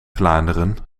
vlaanderen